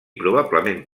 probablement